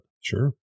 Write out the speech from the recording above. Sure